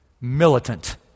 militant